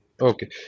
Okay